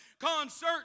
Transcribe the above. concert